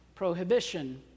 Prohibition